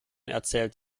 erzählt